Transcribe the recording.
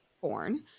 born